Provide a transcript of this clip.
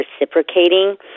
reciprocating